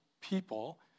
people